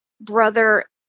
brother